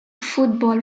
football